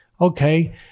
Okay